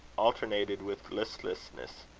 alternated with listlessness.